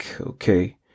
okay